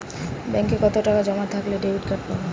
ব্যাঙ্কে কতটাকা জমা থাকলে ডেবিটকার্ড পাব?